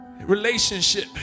relationship